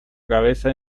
cabeza